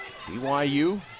BYU